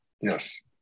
yes